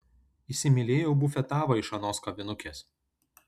įsimylėjau bufetavą iš anos kavinukės